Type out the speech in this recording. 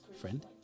Friend